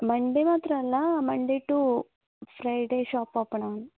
Monday മാത്രം അല്ല Monday to Friday shop open ആണ്